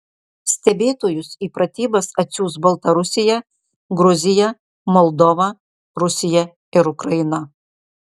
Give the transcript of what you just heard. stebėtojus į pratybas atsiųs baltarusija gruzija moldova rusija ir ukraina